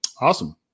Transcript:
Awesome